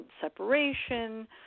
separation